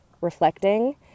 reflecting